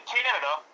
Canada